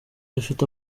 dufite